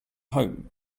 home